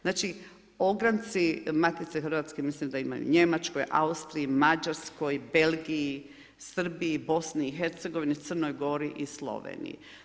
Znači ogranci Matice hrvatske mislim da imaju u Njemačkoj, Austriji, Mađarskoj, Belgiji, Srbiji i BiH-a, Crnoj Gori i Sloveniji.